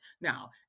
now